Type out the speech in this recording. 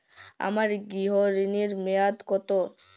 আমার গৃহ ঋণের মেয়াদ কত?